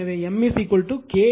எனவே M K √ L1 L2